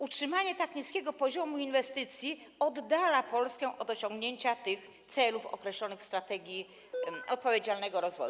Utrzymanie tak niskiego poziomu inwestycji oddala Polskę od osiągnięcia tych celów określonych w strategii odpowiedzialnego rozwoju.